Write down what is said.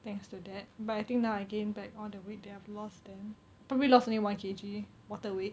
thanks to that but I think now I gained back all the weight that I have lost then probably lost only one K_G water weight